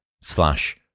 slash